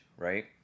right